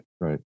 Right